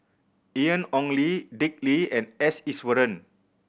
Ian Ong Li Dick Lee and S Iswaran